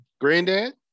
granddad